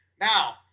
Now